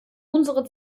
unsere